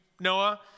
Noah